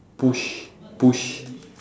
push push